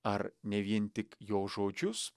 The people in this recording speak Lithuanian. ar ne vien tik jo žodžius